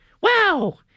Wow